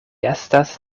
estas